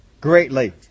greatly